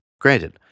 granted